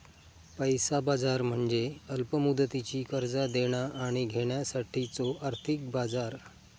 पैसा बाजार म्हणजे अल्प मुदतीची कर्जा देणा आणि घेण्यासाठीचो आर्थिक बाजार